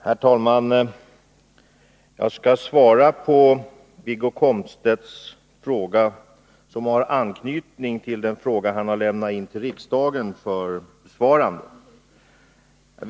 Herr talman! Jag skall svara på de av Wiggo Komstedts frågor som har anknytning till den fråga han har lämnat in till riksdagen för besvarande.